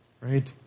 right